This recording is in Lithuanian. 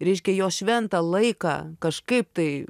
reiškia jo šventą laiką kažkaip tai